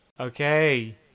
Okay